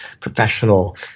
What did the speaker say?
professional